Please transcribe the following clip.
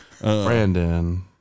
Brandon